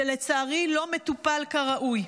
שלצערי לא מטופל כראוי.